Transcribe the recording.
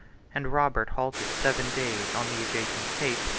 and robert halted seven days on the adjacent cape,